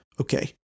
okay